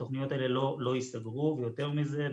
התוכניות האלה לא יסגרו ויותר מזה,